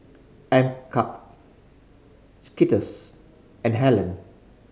M KUP Skittles and Helen